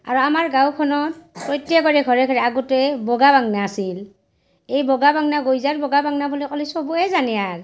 আৰু আমাৰ গাঁওখনত প্ৰত্যেকৰে ঘৰে ঘৰে আগতে বগা বাঙনা আছিল এই বগা বাঙনা গজিয়াৰ বগা বাঙনা বুলি ক'লে চবেই জানে আৰ